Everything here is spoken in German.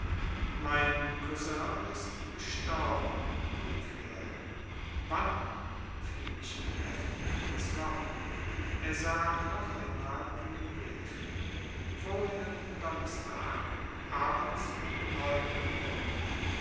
mein cousin ist gestorben rief er wann fiel ich ihm heftig ins wort er sah noch einmal in den brief vorigen donnerstag abends um neun uhr